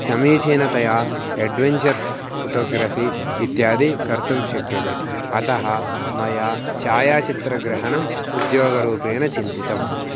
समीचीनतया adventure photography इत्यादिकं कर्तुं शक्यते अतः मया छायाचित्रग्रहणम् उद्योगरूपेण चिन्तितम्